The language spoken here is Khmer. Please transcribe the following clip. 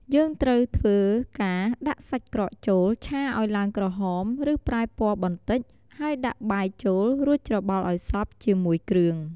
យើងត្រូវធ្វើការ ដាក់សាច់ក្រកចូលឆាឱ្យឡើងក្រហម ឬប្រែពណ៌បន្តិច ហើយដាក់បាយចូល រួចច្របល់ឱ្យសព្វជាមួយគ្រឿង។